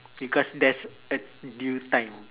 because there's a due time